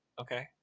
okay